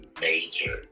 major